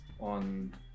on